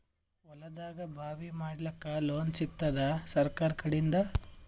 ಹೊಲದಾಗಬಾವಿ ಮಾಡಲಾಕ ಲೋನ್ ಸಿಗತ್ತಾದ ಸರ್ಕಾರಕಡಿಂದ?